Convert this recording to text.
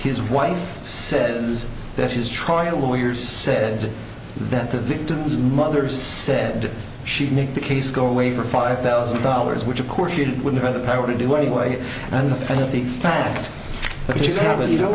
his wife said is that his trial lawyers said that the victim's mother said she'd make the case go away for five thousand dollars which of course you wouldn't have the power to do anyway and the fact that